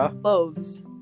clothes